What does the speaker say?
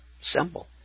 simple